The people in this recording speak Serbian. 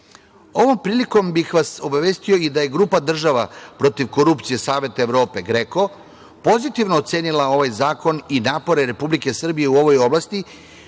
prilikom bih vas obavestio i da je Grupa država protiv korupcije Saveta Evrope (GREKO) pozitivno ocenila ovaj zakon i napore Republike Srbije u ovoj oblasti